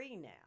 now